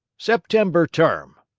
september term.